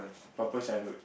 proper childhood